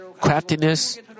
craftiness